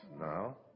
now